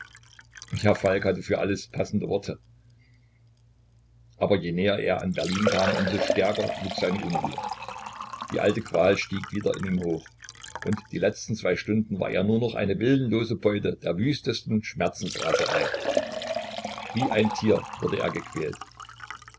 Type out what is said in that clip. ja falk hatte für alles passende worte aber je näher er an berlin kam um so stärker wuchs seine unruhe die alte qual stieg wieder in ihm hoch und die letzten zwei stunden war er nur noch eine willenlose beute der wüstesten schmerzensraserei wie ein tier wurde er gequält